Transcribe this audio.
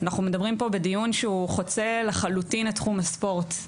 הדיון פה חוצה לחלוטין את תחום הספורט.